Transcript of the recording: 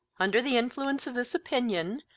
under the influence of this opinion,